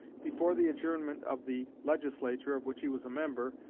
before the adjournment of the legislature of which he was a member,